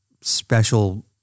special